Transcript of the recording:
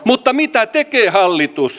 mutta mitä tekee hallitus